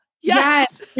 yes